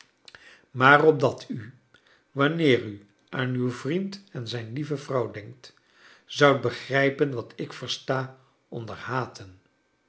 maar opdat u wanneer u aan uw vriend en zijn lieve vrouw denkt zoudt begrijpen wat ik versta onder haten